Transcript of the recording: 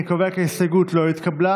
אני קובע כי ההסתייגות לא התקבלה.